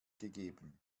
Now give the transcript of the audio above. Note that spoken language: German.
gegeben